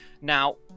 Now